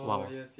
!wow!